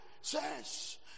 says